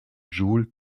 joule